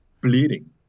bleeding